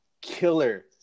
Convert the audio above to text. Killer